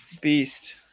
Beast